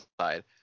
side